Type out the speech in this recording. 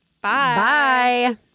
Bye